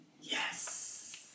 Yes